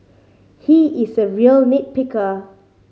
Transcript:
he is a real nit picker